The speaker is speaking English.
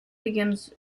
begins